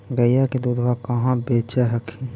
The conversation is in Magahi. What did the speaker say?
गईया के दूधबा कहा बेच हखिन?